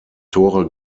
tore